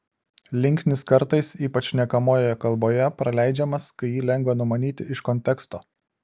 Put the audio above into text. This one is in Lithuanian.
linksnis kartais ypač šnekamojoje kalboje praleidžiamas kai jį lengva numanyti iš konteksto